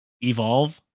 Evolve